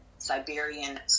siberian